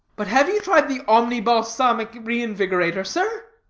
but have you tried the omni-balsamic reinvigorator, sir?